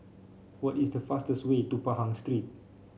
what is the fastest way to Pahang Street